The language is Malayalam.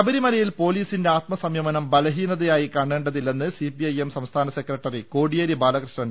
ശബരിമലയിൽ പൊലിസിന്റെ ആത്മസംയമനം ബലഹീനതയായി കാണേ ണ്ടതില്ലെന്ന് സിപിഐഎം സംസ്ഥാന സെക്രട്ടറി കോടിയേരി ബാലകൃഷ്ണൻ